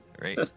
Right